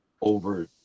over